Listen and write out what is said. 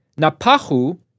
Napahu